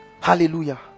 Hallelujah